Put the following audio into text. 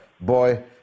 boy